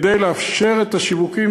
כדי לאפשר את השיווקים.